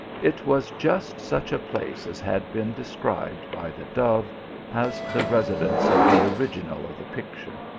it was just such a place as had been described by the dove as the residence of the original of the picture.